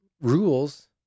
rules